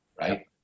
Right